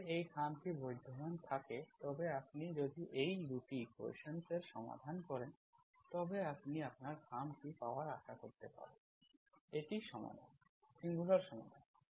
তারপরে এই খামটি বিদ্যমান থাকে তবে আপনি যদি এই 2টি ইকুয়েশন্স এর সমাধান করেন তবে আপনি আপনার খাম টি পাওয়ার আশা করতে পারেন এটি সমাধানসিঙ্গুলার সমাধান